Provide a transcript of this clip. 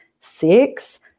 six